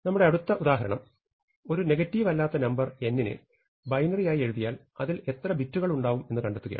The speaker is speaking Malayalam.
നമ്മുടെ അടുത്ത ഉദാഹരണം ഒരു നെഗറ്റീവ് അല്ലാത്ത നമ്പർ nനെ ബൈനറി യായി എഴുതിയാൽ അതിൽ എത്ര ബിറ്റുകൾ ഉണ്ടാവും എന്ന് കണ്ടെത്തുകയാണ്